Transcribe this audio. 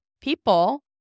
people